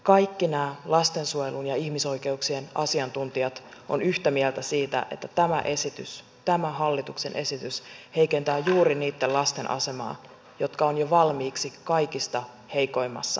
kaikki nämä lastensuojelun ja ihmisoikeuksien asiantuntijat ovat yhtä mieltä siitä että tämä hallituksen esitys heikentää juuri niitten lasten asemaa jotka ovat jo valmiiksi kaikista heikoimmassa asemassa